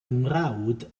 mrawd